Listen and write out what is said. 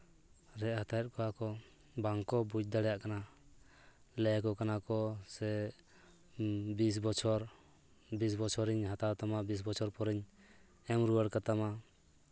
ᱨᱮᱡ ᱦᱟᱛᱟᱣᱮᱫ ᱠᱚᱣᱟᱠᱚ ᱵᱟᱝᱠᱚ ᱵᱩᱡᱽ ᱫᱟᱲᱮᱭᱟᱜ ᱠᱟᱱᱟ ᱞᱟᱹᱭᱟᱠᱚ ᱠᱟᱱᱟᱠᱚ ᱥᱮ ᱵᱤᱥ ᱵᱚᱪᱷᱚᱨ ᱵᱤᱥ ᱵᱚᱪᱷᱚᱨᱤᱧ ᱦᱟᱛᱟᱣ ᱛᱟᱢᱟ ᱵᱤᱥ ᱵᱚᱪᱷᱚᱨ ᱯᱚᱨᱮᱧ ᱮᱢ ᱨᱩᱣᱟᱹᱲ ᱠᱟᱛᱟᱢᱟ